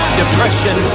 depression